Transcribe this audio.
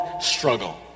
struggle